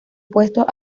puestos